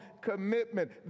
commitment